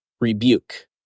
rebuke